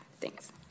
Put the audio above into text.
Thanks